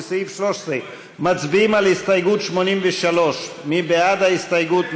לסעיף 13. מצביעים על הסתייגות 83. מי בעד ההסתייגות?